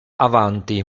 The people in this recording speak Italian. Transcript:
avanti